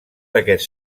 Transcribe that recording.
aquest